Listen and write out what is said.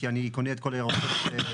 כי אני קונה את כל הירקות ממנה,